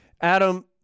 Adam